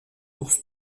ours